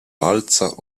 walca